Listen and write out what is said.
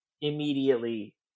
immediately